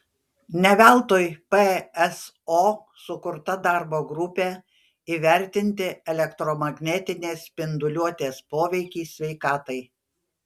ne veltui pso sukurta darbo grupė įvertinti elektromagnetinės spinduliuotės poveikį sveikatai